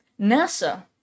NASA